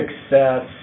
success